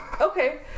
okay